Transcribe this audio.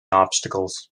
obstacles